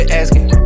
asking